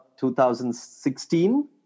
2016